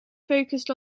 focused